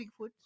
Bigfoot